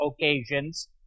occasions